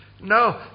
No